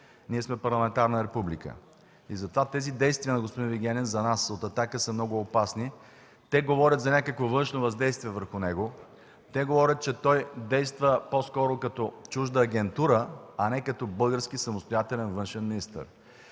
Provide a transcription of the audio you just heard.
Ние сме парламентарна република и затова тези действия на господин Вигенин за нас от „Атака” са много опасни. Те говорят за някакво външно въздействие върху него. Те говорят, че той действа по-скоро като чужда агентура, а не като български самостоятелен външен министър.